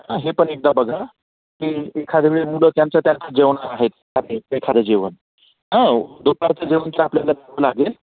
हा हे पण एकदा बघा की एखाद्यावेळी मुलं त्यांचं त्यांचं जेवणार आहेत का ते एखादं जेवण हां दुपारचं जेवण हे आपल्याला द्यावं लागेल